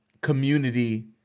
community